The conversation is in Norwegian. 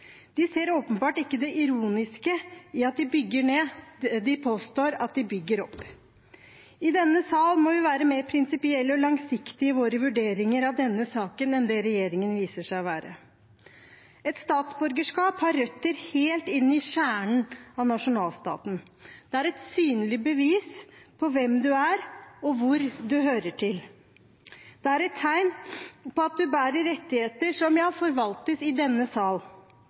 De ser åpenbart ikke det ironiske i at de bygger ned – de påstår at de bygger opp. I denne sal må vi være mer prinsipielle og langsiktige i våre vurderinger av denne saken enn det regjeringen viser seg å være. Et statsborgerskap har røtter helt inn i kjernen av nasjonalstaten. Det er et synlig bevis på hvem du er, og hvor du hører til. Det er et tegn på at du bærer rettigheter som forvaltes i denne sal: